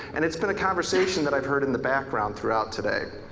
and it's been a conversation that i've heard in the background throughout today.